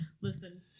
Listen